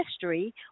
history